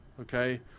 okay